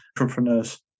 entrepreneurs